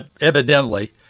evidently